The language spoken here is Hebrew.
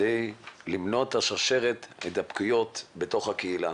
כדי למנוע את שרשרת ההידבקויות בתוך הקהילה.